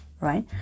right